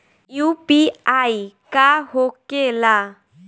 UPI का होके ला?